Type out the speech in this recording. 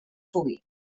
pugui